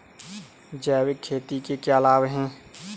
जैविक खेती के क्या लाभ हैं?